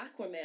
Aquaman